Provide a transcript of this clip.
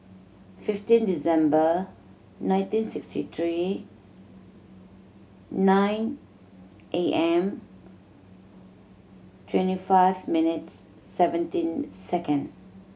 fifteen December nineteen sixty three nine A M twenty five minutes seventeen second